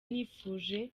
nifuje